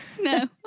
No